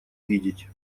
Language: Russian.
видеть